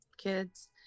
kids